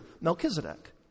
Melchizedek